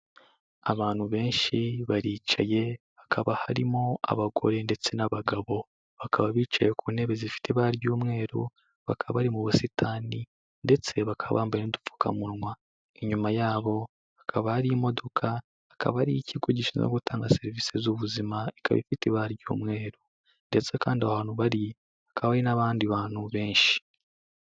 Abantu benshi baricaye, hakaba harimo abagore ndetse n'abagabo. Bakaba bicaye ku ntebe zifite ibara ry'umweru, bakaba bari mu busitani ndetse bakaba bambaye n'udupfukamunwa. Inyuma yabo hakaba hari imodoka, akaba ari iy'ikigo gishinzwe gutanga serivisi z'ubuzima, ikaba ifite ibara ry'umweru ndetse kandi aho hantu bari, hakaba hari n'abandi bantu benshi.